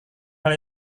hal